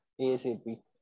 ASAP